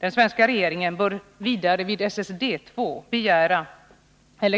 Den svenska regeringen bör dessutom vid SSDII